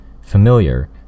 familiar